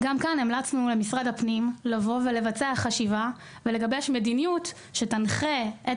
גם כאן המלצנו למשרד הפנים לבצע חשיבה ולגבש מדיניות שתנחה את